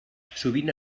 sovint